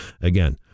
Again